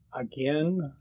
Again